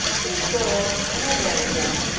they spoiled and i buried them,